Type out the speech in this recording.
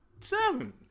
seven